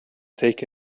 take